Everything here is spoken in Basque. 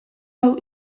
hau